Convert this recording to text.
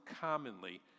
commonly